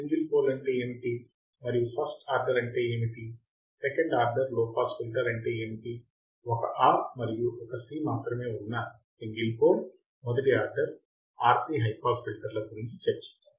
single pole అంటే ఏమిటి మరియు ఫస్ట్ ఆర్డర్ అంటే ఏమిటి second order low pass filter అంటే ఏమిటి 1 R మరియు 1 C మాత్రమే ఉన్న సింగల్ పోల్ మొదటి ఆర్డర్ RC హై పాస్ ఫిల్టర్ల గురించి చర్చిద్దాం